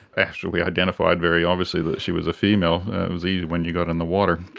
after we identified very obviously that she was a female, it was easy when you got in the water,